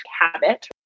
habit